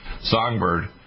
Songbird